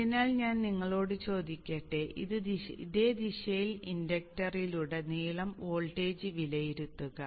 അതിനാൽ ഞാൻ നിങ്ങളോട് ചോദിക്കട്ടെ ഇതേ ദിശയിൽ ഇൻഡക്ടറിലുടനീളം വോൾട്ടേജ് വിലയിരുത്തുക